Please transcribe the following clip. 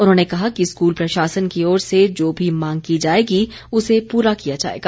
उन्होंने कहा कि स्कूल प्रशासन की ओर से जो भी मांग की जाएगी उसे पूरा किया जाएगा